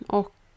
och